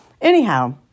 Anyhow